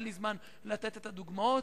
ואין לי זמן לתת את הדוגמאות.